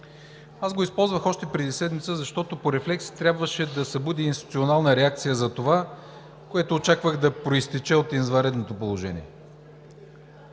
Аз го използвах още преди седмица, защото по рефлекс трябваше да събуди институционална реакция за това, което очаквах да произтече от извънредното положение.